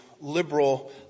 liberal